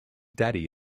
daddy